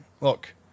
Look